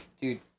Dude